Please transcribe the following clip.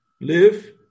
live